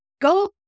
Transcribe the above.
go